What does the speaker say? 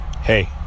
Hey